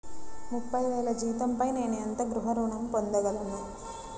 ముప్పై వేల జీతంపై నేను ఎంత గృహ ఋణం పొందగలను?